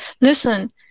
Listen